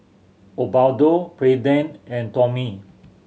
Osbaldo Braeden and Tommy